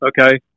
okay